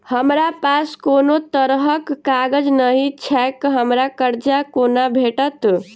हमरा पास कोनो तरहक कागज नहि छैक हमरा कर्जा कोना भेटत?